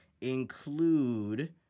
include